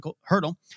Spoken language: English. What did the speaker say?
hurdle